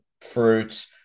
fruits